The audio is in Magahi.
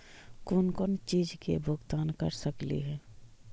कौन कौन चिज के भुगतान कर सकली हे?